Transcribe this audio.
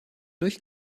durch